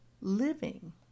living